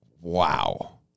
Wow